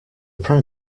prime